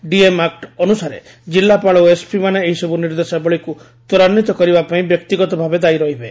DM ଆକୁ ଅନୁସାରେ ଜିଲ୍ଲାପାଳ ଓ ଏସପି ମାନେ ଏହିସବୁ ନିର୍ଦ୍ଦେଶାବଳୀକୁ ତ୍ୱରାନ୍ୱିତ କରିବା ପାଇଁ ବ୍ୟକ୍ତିଗତ ଭାବେ ଦାୟୀ ରହିବେ